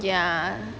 ya